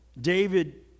David